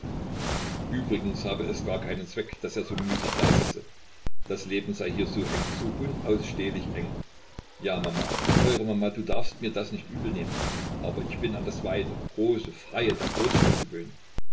übrigens habe es gar keinen zweck daß er so müßig dasitze das leben sei hier so eng so unausstehlich eng ja mama teure mama du darfst mir das nicht übel nehmen aber ich bin an das weite große freie der großstadt gewöhnt